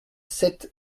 sept